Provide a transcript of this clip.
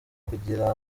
kugira